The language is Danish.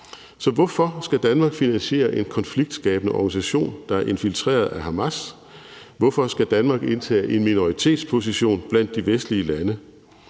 Så hvorfor skal Danmark finansiere en konfliktskabende organisation, der er infiltreret af Hamas? Hvorfor skal Danmark indtage en minoritetsposition blandt de vestlige lande?